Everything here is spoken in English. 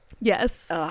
Yes